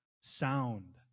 sound